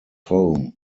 home